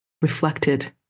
reflected